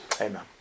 Amen